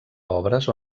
obres